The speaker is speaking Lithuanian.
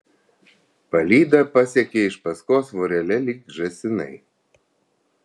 palyda pasekė iš paskos vorele lyg žąsinai